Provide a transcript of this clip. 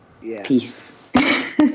Peace